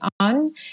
on